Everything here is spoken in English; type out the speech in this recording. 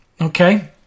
okay